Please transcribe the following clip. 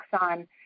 on